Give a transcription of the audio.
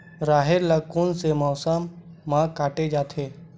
राहेर ल कोन से मौसम म काटे जाथे?